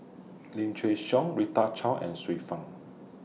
Lim Chin Siong Rita Chao and Xiu Fang